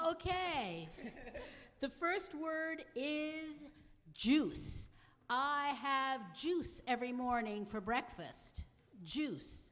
ok the first word is juice i have juice every morning for breakfast juice